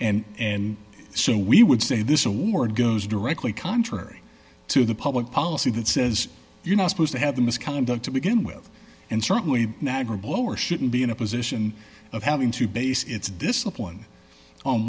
and and so we would say this award goes directly contrary to the public policy that says you're not supposed to have the misconduct to begin with and certainly nagra blower shouldn't be in a position of having to base its discipline on